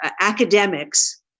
academics